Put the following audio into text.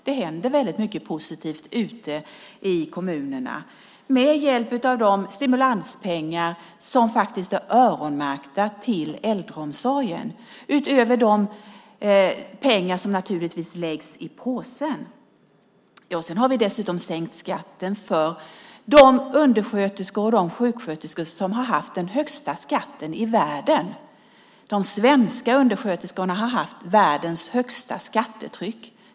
Det händer väldigt mycket positivt ute i kommunerna med hjälp av de stimulanspengar som är öronmärkta till äldreomsorgen utöver de pengar som naturligtvis läggs i påsen. Vi har dessutom sänkt skatten för de undersköterskor och sjuksköterskor som har haft den högsta skatten i världen. De svenska undersköterskorna har haft världens högsta skattetryck.